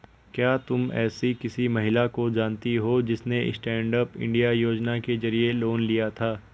क्या तुम एसी किसी महिला को जानती हो जिसने स्टैन्डअप इंडिया योजना के जरिए लोन लिया था?